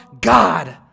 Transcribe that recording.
God